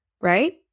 right